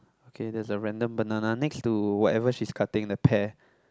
okay there's a random banana next to whatever she's cutting the pear